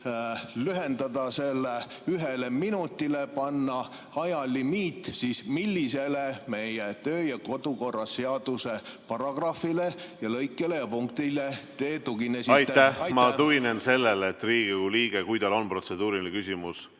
lühendada selle ühele minutile, panna ajalimiidi, siis millisele meie kodu- ja töökorra seaduse paragrahvile, lõikele ja punktile te tuginesite? Aitäh! Ma tuginen sellele, et Riigikogu liige, kui tal on protseduuriline küsimus,